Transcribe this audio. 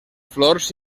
flors